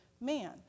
man